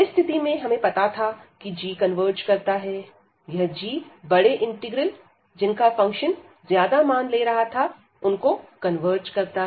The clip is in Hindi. स्थिति में हमें पता था कि यह g कन्वर्ज करता है यह g बड़े इंटीग्रल जिनका फंक्शन ज्यादा मान ले रहा था उनको कन्वर्ज करता है